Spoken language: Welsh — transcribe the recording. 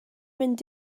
mynd